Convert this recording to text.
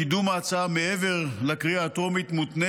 קידום ההצעה מעבר לקריאה הטרומית מותנה